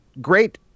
great